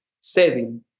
saving